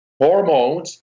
hormones